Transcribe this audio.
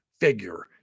figure